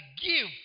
give